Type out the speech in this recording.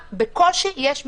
בקושי יש משרות.